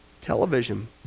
Television